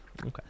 Okay